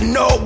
no